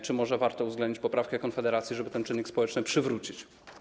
Czy może warto uwzględnić poprawkę Konfederacji, żeby ten czynnik społeczny przywrócić?